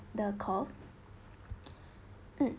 the call mm